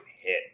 hit